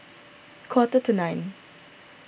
quarter to nine